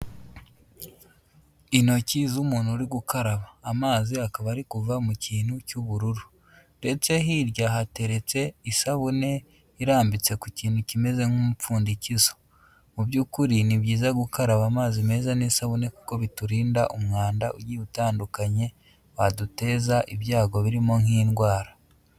Intoki z'umuntu uri gukaraba amazi akaba ari kuva mu kintu cy'ubururu ndetse hirya hateretse isabune irambitse ku kintu kimeze nk'umupfundikizo. Mu by'ukuri ni byiza gukaraba amazi meza n'isabune kuko biturinda umwanda ugiye utandukanye waduteza ibyago birimo nk'indwara.